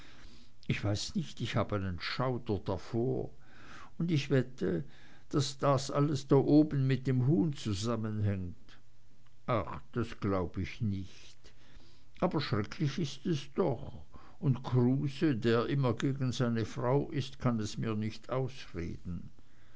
ich weiß nicht ich habe einen schauder davor und ich wette daß das alles da oben mit dem huhn zusammenhängt ach das glaub ich nicht aber schrecklich ist es doch und kruse der immer gegen seine frau ist kann es mir nicht ausreden